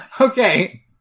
Okay